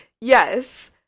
Yes